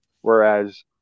whereas